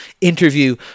interview